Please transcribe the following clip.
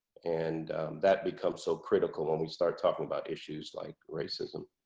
and that becomes so critical when we start talking about issues like racism.